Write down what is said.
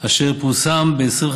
אשר פורסם ב-25